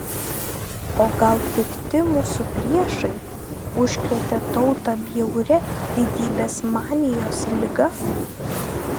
o gal pikti mūsų priešai užkrėtė tautą bjauria didybės manijos liga